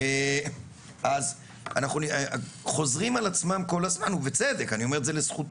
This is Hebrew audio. אי אפשר לעשות את זה מבחינת סמכות